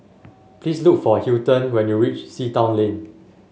please look for Hilton when you reach Sea Town Lane